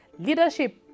Leadership